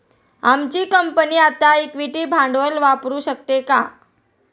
आमची कंपनी आता इक्विटी भांडवल वापरू शकते का?